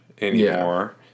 anymore